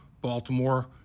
Baltimore